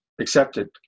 accepted